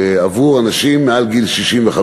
לאנשים מעל גיל 65,